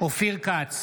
אופיר כץ,